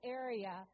area